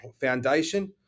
foundation